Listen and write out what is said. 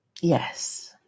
yes